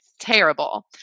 terrible